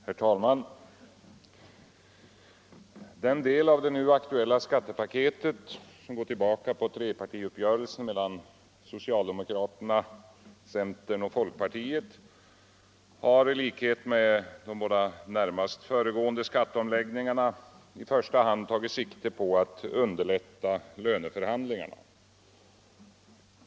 Herr talman! Den del av det nu aktuella skattepaketet som går tillbaka på trepartiuppgörelsen mellan socialdemokraterna, centerpartiet och folkpartiet har, i likhet med de båda närmast föregående skatteomläggningarna, i första hand tagit sikte på att underlätta löneförhandlingarna.